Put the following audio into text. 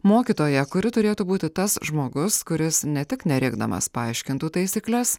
mokytoja kuri turėtų būti tas žmogus kuris ne tik nerėkdamas paaiškintų taisykles